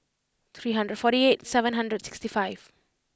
three hundred forty eight seven hundred sixty five